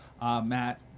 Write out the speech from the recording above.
Matt